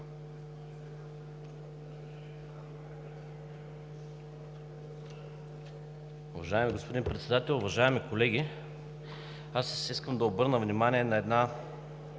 Уважаеми господин Председател, уважаеми колеги! Аз искам да обърна внимание на една